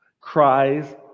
cries